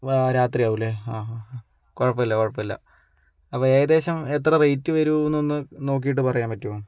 വാ രാത്രിയാകുമല്ലേ ആ ഹ ഹ കുഴപ്പമില്ല കുഴപ്പമില്ല അപ്പം ഏകദേശം എത്ര റെയ്റ്റ് വരുമെന്നൊന്ന് നോക്കിയിട്ട് പറയാന് പറ്റുമോ